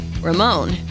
Ramone